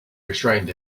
restrained